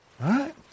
right